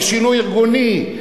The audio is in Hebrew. לשינוי ארגוני,